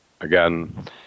again